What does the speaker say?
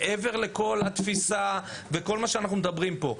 מעבר לכול התפיסה וכול מה שאנחנו מדברים פה,